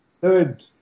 third